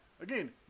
Again